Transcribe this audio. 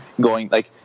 going—like